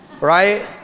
right